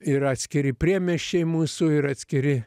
yra atskiri priemiesčiai mūsų ir atskiri